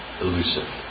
elusive